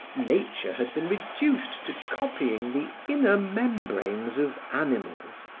nature had been reduced to copying the inner membranes of animals,